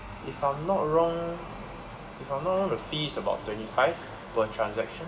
if I'm not wrong if I'm not wrong the fees about twenty five per transaction